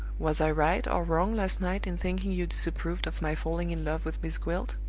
was i right or wrong last night in thinking you disapproved of my falling in love with miss gwilt?